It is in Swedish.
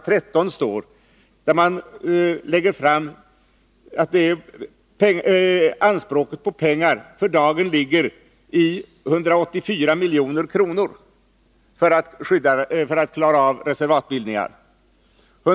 13 till budgetpropositionen, där anspråket på pengar för dagen uppgår till 184 milj.kr. när det gäller att klara av reservatbildningar.